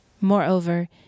Moreover